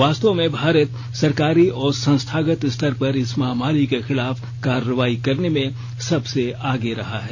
वास्तव में भारत सरकारी और संस्थागत स्तर पर इस महामारी के खिलाफ कार्रवाई करने में सबसे आगे रहा है